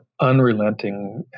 unrelenting